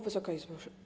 Wysoka Izbo!